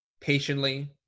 patiently